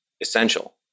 essential